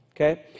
okay